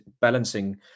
balancing